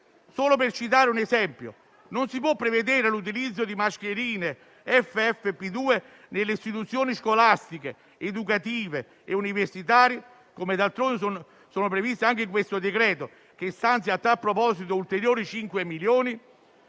non si può prevedere l'utilizzo di mascherine FFP2 nelle istituzioni scolastiche, educative e universitarie - come d'altronde sono previste anche nel decreto-legge in esame, che stanzia a tal proposito ulteriori 5 milioni